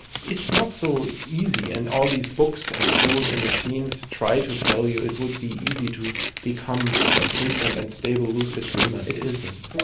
it's not so easy, and all these books and tools and machines try to tell you it would be easy to become a frequent and stable lucid dreamer. it isn't.